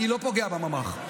אני לא פוגע בממ"ח.